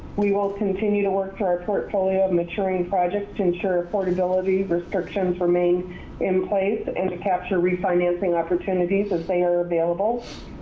we will continue to work for our portfolio maturing projects to ensure affordability restrictions remain in place, and to capture refinancing opportunities as they are available.